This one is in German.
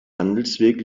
handelsweg